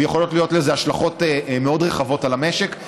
ויכולות להיות לזה השלכות מאוד רחבות על המשק.